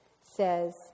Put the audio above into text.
says